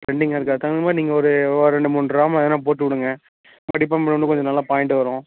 ட்ரெண்டிங்காக இருக்கு அதற்கு தகுந்தமாதிரி நீங்கள் ஒரு ஒரு ரெண்டு மூணு ட்ராமா எதனா போட்டு விடுங்க கண்டிப்பாக நம்மளுக்கு கொஞ்சம் நல்ல பாயிண்ட் வரும்